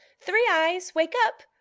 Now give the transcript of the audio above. three-eyes, wake up!